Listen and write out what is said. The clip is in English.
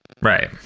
Right